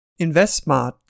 InvestSmart